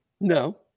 No